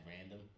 random